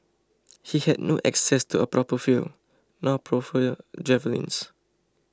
he had no access to a proper field nor proper javelins